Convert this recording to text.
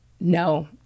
No